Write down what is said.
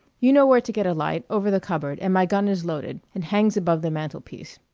you know where to get a light, over the cupboard and my gun is loaded, and hangs above the mantlepiece.